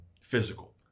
physical